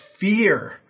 fear